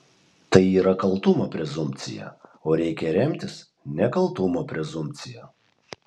tai yra kaltumo prezumpcija o reikia remtis nekaltumo prezumpcija